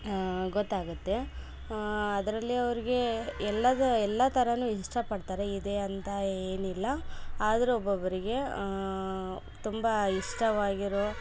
ಗೊತ್ತಾಗುತ್ತೆ ಅದರಲ್ಲೇ ಅವರಿಗೆ ಎಲ್ಲದ ಎಲ್ಲ ಥರನು ಇಷ್ಟ ಪಡ್ತಾರೆ ಇದೇ ಅಂತ ಏನಿಲ್ಲ ಆದರೂ ಒಬ್ಬೊಬ್ಬರಿಗೆ ತುಂಬಾ ಇಷ್ಟವಾಗಿರೋ